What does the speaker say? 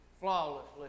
flawlessly